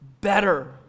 better